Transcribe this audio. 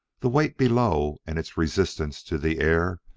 the weight below, and its resistance to the air,